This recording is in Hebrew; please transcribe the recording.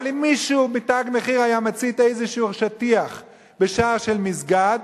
אבל אם מישהו מ"תג מחיר" היה מצית איזה שטיח בשער של מסגד,